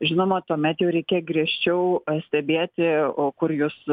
žinoma tuomet jau reikia griežčiau stebėti o kur jūs